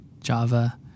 Java